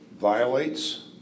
violates